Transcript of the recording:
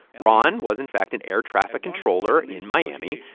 ron was, in fact, an air traffic controller in miami.